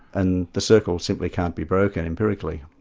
and the circle simply can't be broken empirically.